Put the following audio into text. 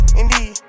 indeed